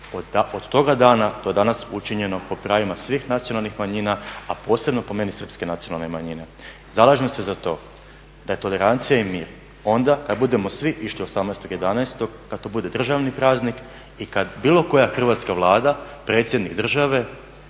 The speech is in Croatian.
od toga dana do danas učinjeno po pravima svih nacionalnih manjina, a posebno po meni srpske nacionalne manjine. Zalažem se za to da je tolerancija i mir onda kad budemo svi išli 18.11., kad to bude državni praznik i kad bilo koja hrvatska Vlada, predsjednik države,